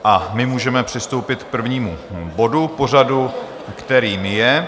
A my můžeme přistoupit k prvnímu bodu pořadu, kterým je...